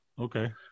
Okay